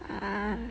ah